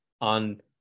on